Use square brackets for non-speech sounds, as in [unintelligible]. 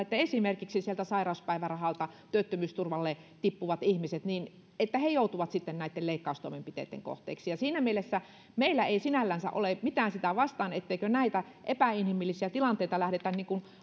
[unintelligible] että esimerkiksi sieltä sairauspäivärahalta työttömyysturvalle tippuvat ihmiset joutuvat sitten näitten leikkaustentoimenpiteiden kohteeksi siinä mielessä meillä ei sinällänsä ole mitään sitä vastaan etteikö näitä epäinhimillisiä tilanteita lähdetä